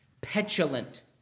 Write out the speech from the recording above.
petulant